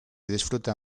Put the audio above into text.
disfruta